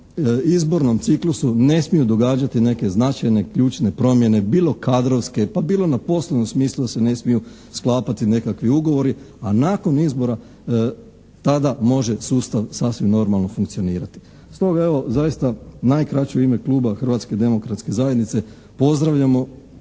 izbornom ciklusu ne smiju događati neke značajne, ključne promjene bilo kadrovske, pa bilo na poslovnom smislu, da se ne smiju sklapati nekakvi ugovori, a nakon izbora, tada može sustav sasvim normalno funkcionirati. Stoga, evo zaista najkraće u ime Kluba Hrvatske demokratske zajednice pozdravljamo